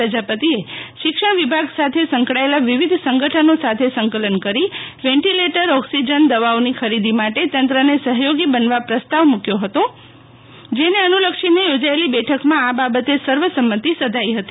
પ્રજાપતિએ શિક્ષણ વિભાગ સાથે સંકળાયેલા વિવિધ સંગઠનો સાથે સંકલન કરી વેન્ટિલેટર ઓક્સિજન દવાઓની ખરીદી માટે તંત્રને સહયોગી બનવા પ્રસ્તાવ મૂક્યો હતો જેને અનુલક્ષીને યોજાયેલી બેઠકમાં આ બાબતે સર્વસંમતિ સધાઇ હતી